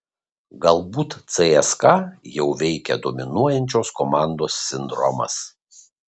galbūt cska jau veikia dominuojančios komandos sindromas